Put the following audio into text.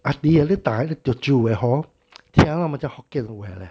ah di ah leh